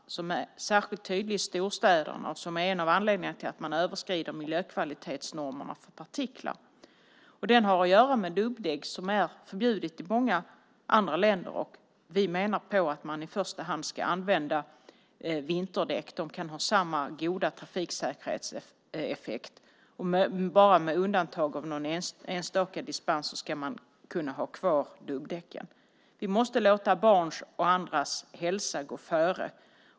Ökningen är särskilt tydlig i storstäderna och en av anledningarna till att man överskrider miljökvalitetsnormerna för partiklar. Det har att göra med dubbdäck som är förbjudna i många andra länder. Vi menar att man i första hand ska använda vinterdäck. De kan ha samma goda trafiksäkerhetseffekt. Bara med något enstaka undantag, i form av dispens, ska man kunna ha kvar dubbdäcken. Vi måste låta barns och andras hälsa gå före.